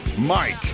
Mike